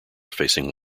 facing